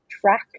track